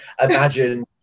imagine